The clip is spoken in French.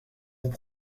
vous